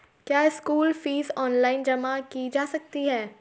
क्या school fees online जमा की जा सकती है?